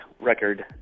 Record